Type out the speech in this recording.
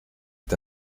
est